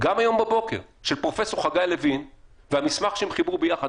גם היום בבוקר של חגי לוין והמסמך שהם ביחד,